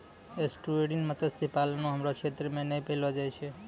estuarine मत्स्य पालन हमरो क्षेत्र मे नै पैलो जाय छै